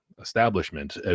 establishment